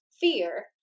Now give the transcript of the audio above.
fear